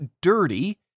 dirty